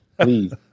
please